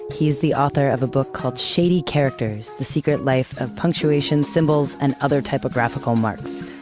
he's the author of a book called shady characters, the secret life of punctuation, symbols, and other typographical marks.